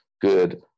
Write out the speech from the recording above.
good